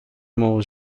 موقع